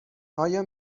آیا